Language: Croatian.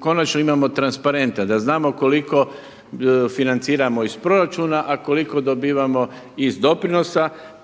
konačno imamo transparentne, da znamo koliko financiramo iz proračuna a koliko dobivamo iz doprinosa